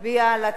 מי שבעד,